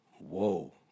Whoa